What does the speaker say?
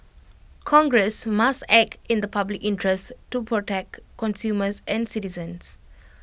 congress must act in the public interest to protect consumers and citizens